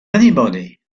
anybody